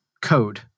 code